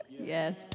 Yes